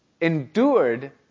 endured